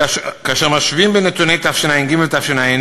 כאשר משווים את נתוני תשע"ג ותשע"ה,